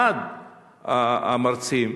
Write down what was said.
אחד המרצים